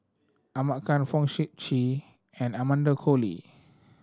Ahmad Khan Fong Sip Chee and Amanda Koe Lee